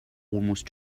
almost